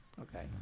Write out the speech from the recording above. Okay